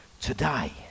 today